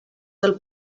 del